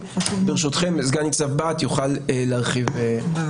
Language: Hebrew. ברשותכם, סגן ניצב בהט יוכל להרחיב בנושא.